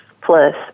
plus